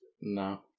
No